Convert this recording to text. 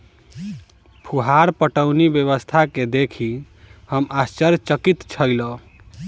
फुहार पटौनी व्यवस्था के देखि हम आश्चर्यचकित छलौं